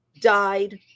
died